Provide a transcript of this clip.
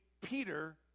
Peter